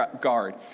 guard